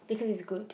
because is good